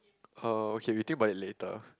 uh okay we think about it later